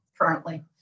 currently